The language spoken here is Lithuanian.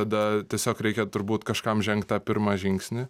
tada tiesiog reikia turbūt kažkam žengt tą pirmą žingsnį